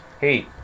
hey